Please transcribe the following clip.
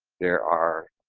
there are